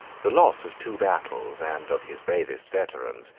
the loss of two battles, and of his bravest veterans,